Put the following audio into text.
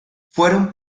fueron